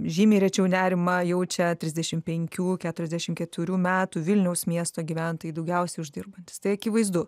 žymiai rečiau nerimą jaučia trisdešim penkių keturiasdešim keturių metų vilniaus miesto gyventojai daugiausia uždirbantys tai akivaizdu